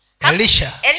Elisha